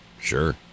Sure